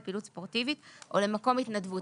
לפעילות ספורטיבית או למקום התנדבות.